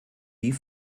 die